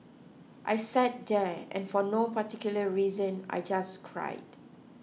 I sat there and for no particular reason I just cried